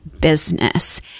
business